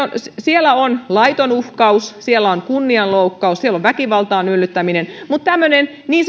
siellä on laiton uhkaus siellä on kunnianloukkaus siellä on väkivaltaan yllyttäminen mutta tämmöistä niin